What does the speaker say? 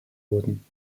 wurden